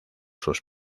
sus